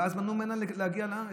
ואז מנעו ממנה להגיע לארץ.